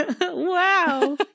Wow